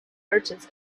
merchants